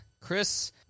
Chris